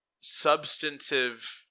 substantive